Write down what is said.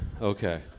Okay